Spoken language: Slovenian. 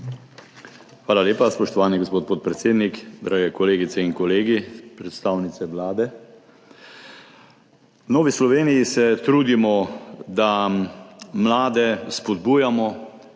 Hvala lepa, spoštovani gospod podpredsednik. Drage kolegice in kolegi, predstavnice Vlade! V Novi Sloveniji se trudimo, da mlade spodbujamo,